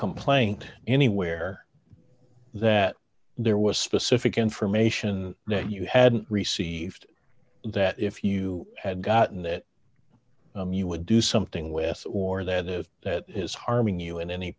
complaint anywhere that there was specific information that you had received that if you had gotten that you would do something with or that it is harming you in any